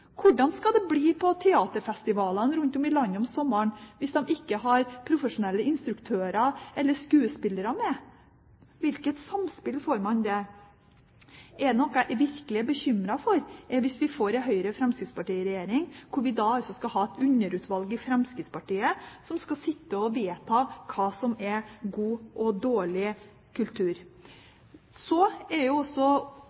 Hvordan skal det bli på teaterfestivalene rundt om i landet om sommeren hvis de ikke har profesjonelle instruktører eller skuespillere med? Hvilket samspill får man da? Er det noe jeg er virkelig bekymret for, er det at vi får en Høyre–Fremskrittsparti-regjering hvor vi skal ha et underutvalg i Fremskrittspartiet som skal sitte og vedta hva som er god og dårlig kultur.